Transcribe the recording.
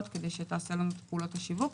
כדי שתעשה לנו את פעילות השיווק.